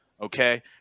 okay